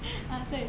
啊对